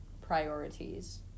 priorities